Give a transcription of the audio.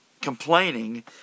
complaining